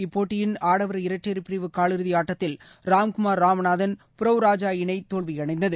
இப்போட்டியில் ஆடவர் இரட்டையர் பிரிவு காலிறுதிஆட்டத்தில் ராம்குமார் ராமநாதன் புரவ் ராஜா இணைதோல்வியடைந்தது